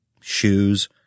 shoes